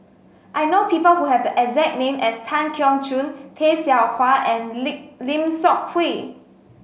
I know people who have the exact name as Tan Keong Choon Tay Seow Huah and Lim Seok Hui